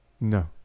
No